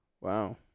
Wow